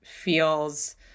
feels